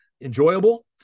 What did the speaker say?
enjoyable